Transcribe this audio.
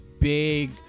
big